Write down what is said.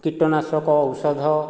କୀଟନାଶକ ଔଷଧ